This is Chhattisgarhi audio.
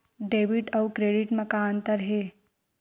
डेबिट अउ क्रेडिट म का अंतर हे?